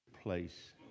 place